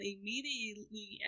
immediately